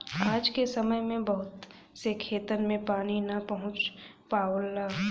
आज के समय में बहुत से खेतन में पानी ना पहुंच पावला